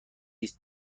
است